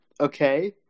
okay